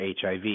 HIV